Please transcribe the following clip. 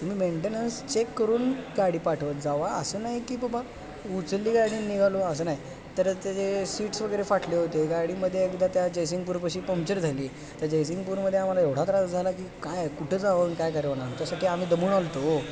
तुम्ही maintenance check करून गाडी पाठवत जा असं नाही की बाबा उचलली गाडी आणि निघालो असं नाही तर त्याचे सीट्स वगैरे फाटले होते गाडीमध्ये एकदा त्या जयसिंगपूरपाशी पंक्चर झाली त्या जयसिंगपूरमध्ये आम्हाला एवढा त्रास झाला की काय कुठे जावं आणि काय करावं लागेल तसं की आम्ही दबून आलो होतो